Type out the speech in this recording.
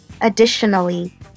Additionally